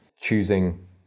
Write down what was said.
choosing